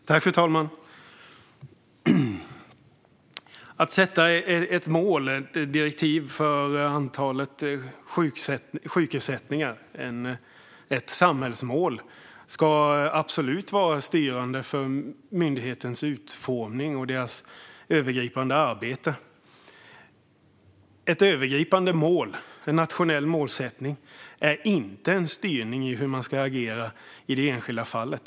Fru talman! Det handlar om att sätta ett mål och ett direktiv för antalet sjukersättningar - ett samhällsmål. Ett sådant ska absolut vara styrande för myndighetens utformning och dess övergripande arbete. Ett övergripande mål och en nationell målsättning är inte en styrning av hur man ska agera i det enskilda fallet.